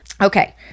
Okay